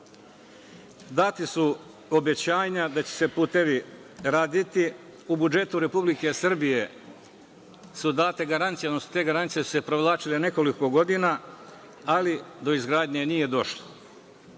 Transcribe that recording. data su obećanja da će se putevi raditi. U budžetu Republike Srbije su date garancije, odnosno te garancije su se provlačile nekoliko godina, ali do izgradnje nije došlo.